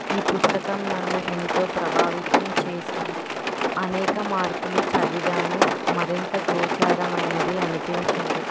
ఈ పుస్తకం నన్ను ఎంతో ప్రభావితం చేసింది అనేక మార్పులు చదివాను మరింత గోచారమైనది అనిపించింది